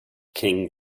king